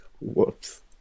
Whoops